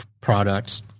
products